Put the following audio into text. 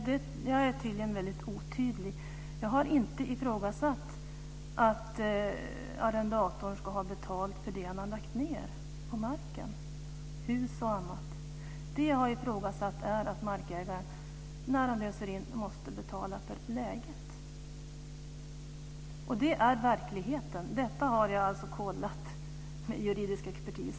Fru talman! Jag är tydligen väldigt otydlig. Jag har inte ifrågasatt att arrendatorn ska ha betalt för det arbete och de pengar som han har lagt ned på mark, hus och annat. Det som jag har ifrågasatt är att markägaren när han löser in marken måste betala för läget. Det är verkligheten. Detta har jag alltså kontrollerat med juridisk expertis.